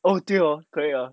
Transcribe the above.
oh 对 hor 可以 hor